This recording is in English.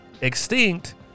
extinct